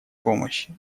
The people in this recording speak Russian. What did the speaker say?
помощи